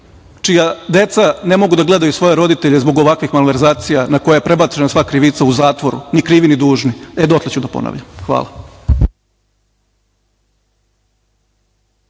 čija deca ne mogu da gledaju svoje roditelje zbog ovakvih malverzacija na koje je prebačena sva krivica u zatvoru ni krivi ni dužni, e dotle ću da ponavljam. Hvala.